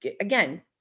again